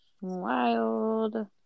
Wild